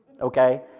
okay